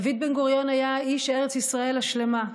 דוד בן-גוריון היה איש ארץ ישראל השלמה.